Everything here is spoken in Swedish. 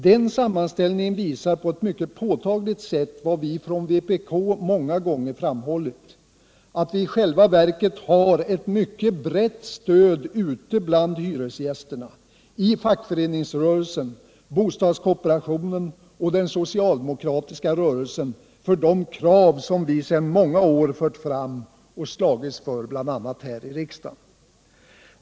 Den sammanställningen visar på ett mycket påtagligt sätt vad vi från vpk många gånger framhållit, nämligen att vi i själva verket har ett mycket brett stöd ute bland hyresgästerna, i fackföreningsrörelsen, i bostadskooperationen och i den socialdemokratiska rörelsen för de krav som vi sedan många år fört fram och slagits för bl.a. här i riksdagen.